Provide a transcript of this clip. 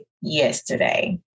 yesterday